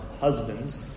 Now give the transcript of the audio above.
husbands